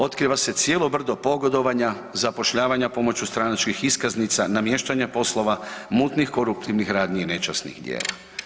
Otkriva se cijelo brdo pogodovanja, zapošljavanju pomoću stranačkih iskaznica, namještanja poslova, mutnih koruptivnih radnji i nečasnih djela.